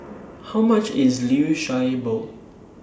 How much IS Liu Sha Bao